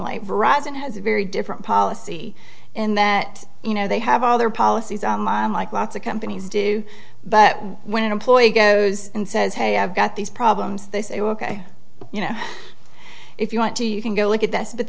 verizon has a very different policy in that you know they have all their policies on line like lots of companies do but when an employee goes and says hey i've got these problems they say ok you know if you want to you can go look at this but